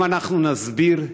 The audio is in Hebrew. אם אנחנו נסביר,